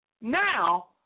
Now